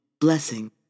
Blessing